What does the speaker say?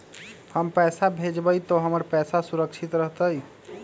हम पैसा भेजबई तो हमर पैसा सुरक्षित रहतई?